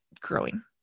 growing